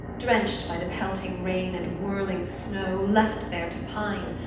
drenched by the pelting rain and whirling snow, left there to pine,